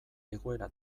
egoera